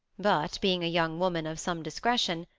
but, being a young woman of some discretion,